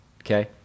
Okay